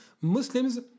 Muslims